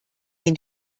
den